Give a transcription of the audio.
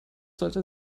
sollte